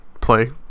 play